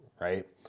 right